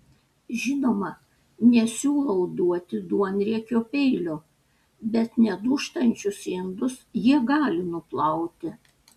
žinoma nesiūlau duoti duonriekio peilio bet nedūžtančius indus jie gali nuplauti